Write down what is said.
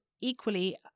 equally